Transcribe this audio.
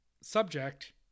Subject